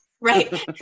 Right